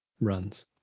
runs